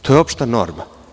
To je opšta norma.